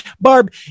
Barb